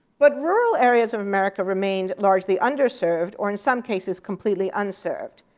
but rural areas of america remained largely underserved, or in some cases, completely unserved.